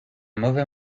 mauvais